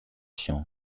się